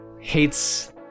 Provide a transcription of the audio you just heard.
hates